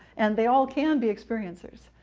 and they all can be experiencers.